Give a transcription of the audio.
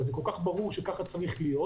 הרי זה כל כך ברור שכך זה צריך להיות.